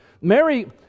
mary